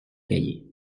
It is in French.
cahier